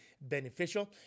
beneficial